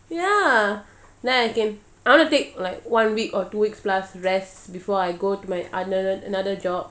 ya then I can I want to take like one week or two weeks plus rest before I go to my other another job